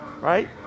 right